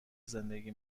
زندگی